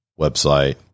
website